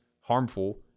harmful